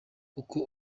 uko